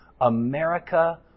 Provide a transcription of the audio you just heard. America